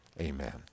Amen